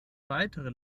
weitere